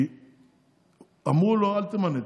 כי אמרו לו: אל תמנה את